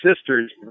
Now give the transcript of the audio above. sisters